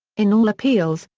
in all appeals,